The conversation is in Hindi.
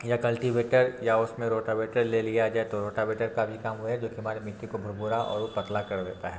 या कल्टिवेटर या उसमें रोटावेटर ले लिया जाए तो रोटावेटर का भी काम वो है जो कि हमारी मिट्टी को भूर भूरा और वो पतला कर देता है